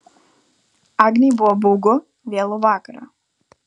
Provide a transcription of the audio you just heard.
agnei buvo baugu vėlų vakarą